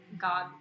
God